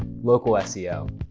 local ah seo.